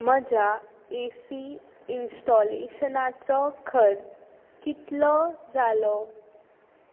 म्हज्या A C इन्स्टॉलेशनाचो खर्च कितलो जालो